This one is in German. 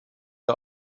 der